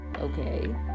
okay